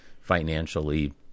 financially